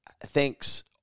thanks